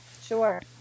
Sure